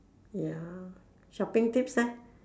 ya shopping tips leh